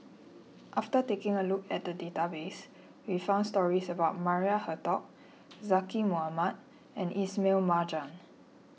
after taking a look at the database we found stories about Maria Hertogh Zaqy Mohamad and Ismail Marjan